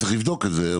צריך לבדוק את זה.